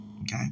Okay